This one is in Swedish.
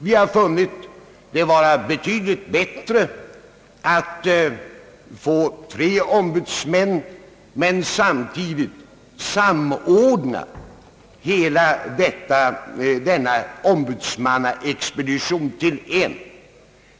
Vi har funnit det vara betydligt bättre att få tre ombudsmän men samtidigt samordna ombudsmannaexpeditionerna till en.